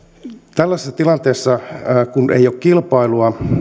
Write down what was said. tällaisessa tilanteessa kun ei ole kilpailua